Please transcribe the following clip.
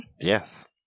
Yes